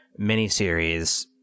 miniseries